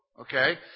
Okay